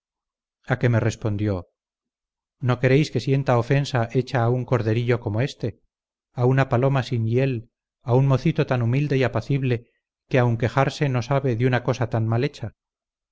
a que me respondió no queréis que sienta ofensa hecha a un corderillo como este á una paloma sin hiel a un mocito tan humilde y apacible que aun quejarse no sabe de una cosa tan mal hecha